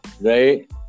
Right